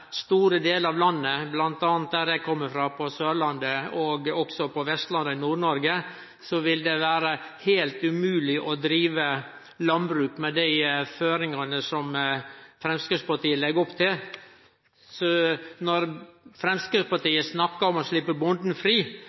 store delar av landet – bl.a. der eg kjem frå: Sørlandet, og også på Vestlandet og i Nord-Noreg – vil det vere heilt umogleg å drive landbruk med dei føringane som Framstegspartiet legg opp til. Når Framstegspartiet snakkar om å sleppe bonden fri,